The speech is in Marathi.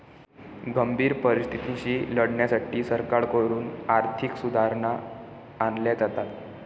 गंभीर परिस्थितीशी लढण्यासाठी सरकारकडून आर्थिक सुधारणा आणल्या जातात